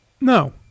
No